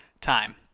time